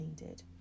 needed